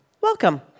Welcome